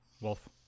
wolf